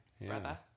brother